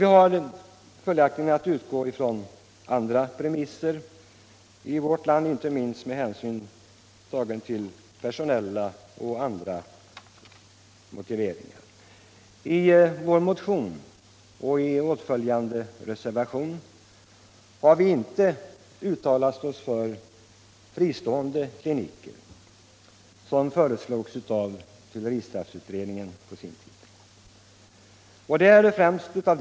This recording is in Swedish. Vi har emellertid att utgå från andra premisser i vårt land, inte minst med hänsyn till personella och andra faktorer. 1 vår motion och i åtföljande reservation har vi inte uttalat oss för fristående kliniker, vilket föreslogs av fylleristraffutredningen på sin tid.